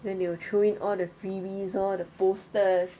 then they will throw in all the freebies all the posters